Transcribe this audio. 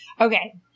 Okay